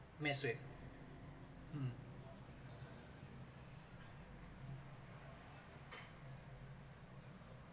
mess with um